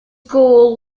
goal